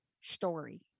story